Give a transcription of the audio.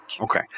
Okay